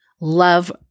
love